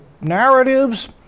narratives